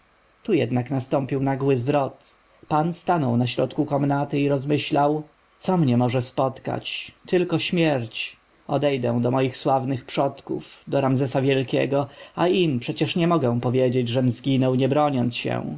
tu jednak nastąpił nagły zwrot pan stanął na środku komnaty i rozmyślał co mnie może spotkać tylko śmierć odejdę do moich sławnych przodków do ramzesa wielkiego a im przecież nie mogę powiedzieć żem zginął nie broniąc się